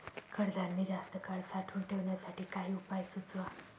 कडधान्य जास्त काळ साठवून ठेवण्यासाठी काही उपाय सुचवा?